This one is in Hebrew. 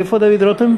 איפה דוד רותם?